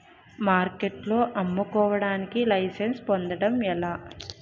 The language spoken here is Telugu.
మార్కెట్లో అమ్ముకోడానికి లైసెన్స్ పొందడం ఎలా?